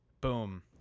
Boom